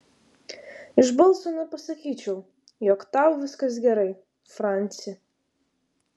iš balso nepasakyčiau jog tau viskas gerai franci